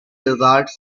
lizards